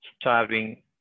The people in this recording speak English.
starving